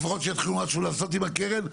לפחות שיתחילו משהו לעשות עם הקרן,